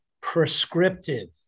prescriptive